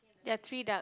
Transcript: there are three duck